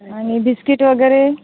आनि बिस्किट वगैरे